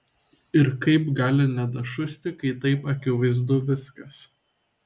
ir kaip gali nedašusti kai taip akivaizdu viskas